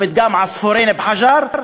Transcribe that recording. הפתגם "עס'פוריין בחג'ר",